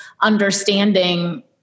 understanding